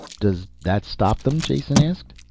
does that stop them? jason asked.